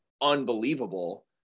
unbelievable